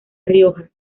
rioja